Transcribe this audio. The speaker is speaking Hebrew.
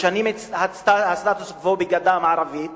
משנים את הסטטוס-קוו בגדה המערבית,